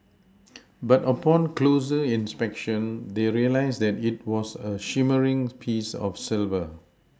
but upon closer inspection they realised that it was a shimmering piece of silver